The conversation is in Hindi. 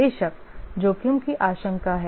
बेशक जोखिम की आशंका है